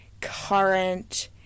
current